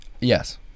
Yes